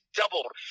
doubled